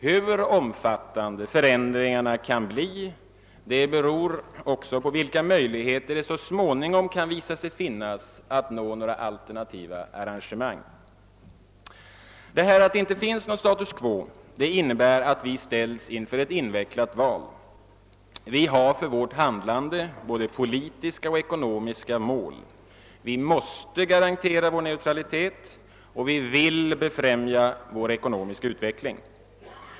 Hur omfattande förändringarna kan bli beror också på vilka möjligheter det så småningom visar sig finnas att åstadkomma alternativa arrangemang. Att det inte finns något status quo innebär att vi ställs inför ett invecklat val. Vi har både politiska och ekonomiska mål för vårt handlande. Vi måste garantera vår neutralitet, och vi vill befrämja vår ekonomiska utveckling.